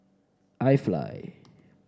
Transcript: IFly